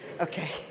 okay